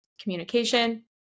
communication